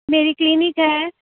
میری کلینک ہے